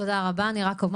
תודה רבה, אני רק אומר